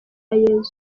yezu